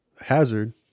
Hazard